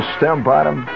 Stembottom